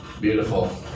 Beautiful